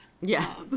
Yes